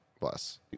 plus